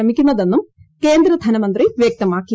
ശ്രമിക്കുന്നതെന്നും കേന്ദ്രധനമന്ത്രി വ്യക്തമാക്കി